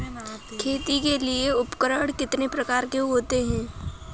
खेती के लिए उपकरण कितने प्रकार के होते हैं?